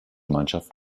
mannschaft